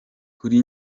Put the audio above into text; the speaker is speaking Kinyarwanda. kuri